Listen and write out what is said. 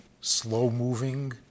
slow-moving